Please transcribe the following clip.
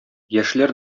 яшьләр